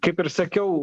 kaip ir sakiau